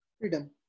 Freedom